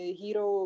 hero